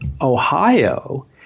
Ohio